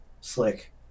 slick